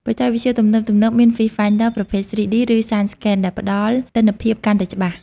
បច្ចេកវិទ្យាទំនើបៗមាន Fish Finder ប្រភេទ 3D ឬ Side-scan ដែលផ្តល់ទិដ្ឋភាពកាន់តែច្បាស់។